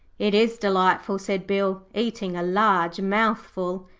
it is delightful said bill, eating a large mouthful.